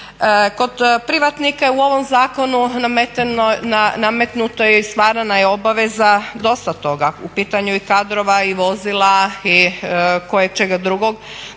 Kod privatnika je u ovom zakonu nametnuto je i stvarana je obaveza dosta toga, u pitanju i kadrova i vozila i koječega drugog.